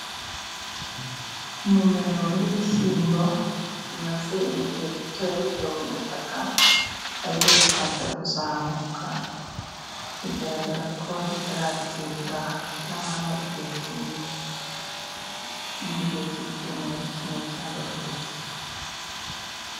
Umumero w'ibishyimbo bimaze igihe gito yabitewe mu butaka bwabwo gitangira kuzamuka bigaragara ko bitaratinda bitaramaramo igihe kinini mu gihe cy'icyumweru kimwe cyangwa bibiri.